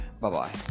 Bye-bye